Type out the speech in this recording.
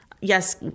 Yes